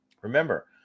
remember